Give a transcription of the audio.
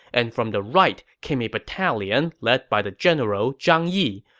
and from the right came a battalion led by the general zhang yi.